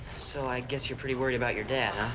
so i guess you're pretty worried about your dad,